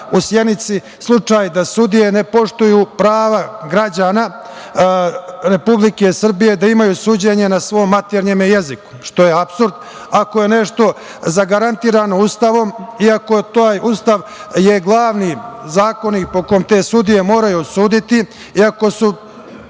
u Sjenici slučaj da sudije ne poštuju prava građana Republike Srbije da imaju suđenje na svom maternjem jeziku, što je apsurd. Ako je nešto zagarantovano Ustavom i ako je taj Ustav glavni zakon po kom te sudije moraju suditi i ako su